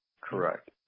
Correct